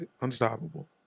unstoppable